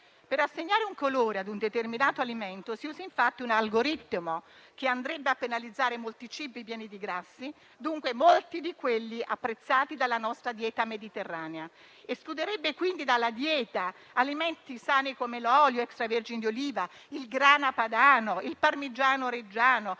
Per assegnare un colore a un determinato alimento si usa infatti un algoritmo che andrebbe a penalizzare molti cibi pieni di grassi, dunque molti di quelli apprezzati dalla nostra dieta mediterranea. Pertanto, escluderebbe dalla dieta alimenti sani come l'olio extravergine di oliva, il grana padano, il parmigiano reggiano